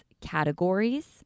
categories